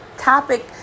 Topic